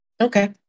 Okay